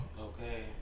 Okay